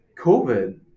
COVID